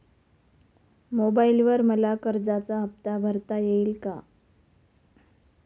मोबाइलवर मला कर्जाचा हफ्ता भरता येईल का?